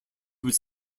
would